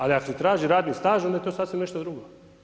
Ali ako se traži radni staž onda je to sasvim nešto drugo.